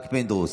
פינדרוס,